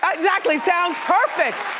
exactly, sounds perfect!